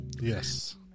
Yes